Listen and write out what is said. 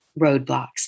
roadblocks